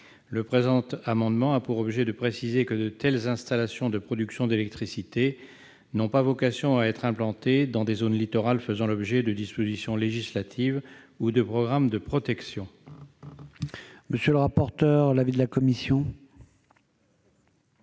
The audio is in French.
Le présent amendement a pour objet de préciser que de telles installations de production d'électricité n'ont pas vocation à être implantées dans des zones littorales faisant l'objet de dispositions législatives ou de programmes de protection. Quel est l'avis de la commission